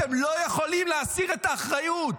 אתם לא יכולים להסיר את האחריות.